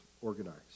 organized